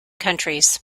countries